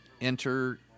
enter